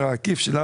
כמה כסף?